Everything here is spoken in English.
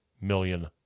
million